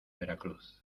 veracruz